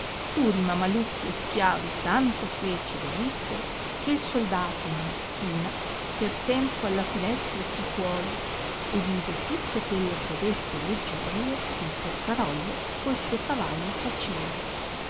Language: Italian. pur i mamalucchi e schiavi tanto fecero e dissero che il soldato una mattima per tempo alla finestra si puose e vide tutte quelle prodezze e leggiadrie che porcarollo col suo cavallo faceva